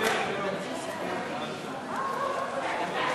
חוק ההוצאה לפועל (תיקון מס' 46),